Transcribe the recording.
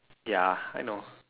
ya I know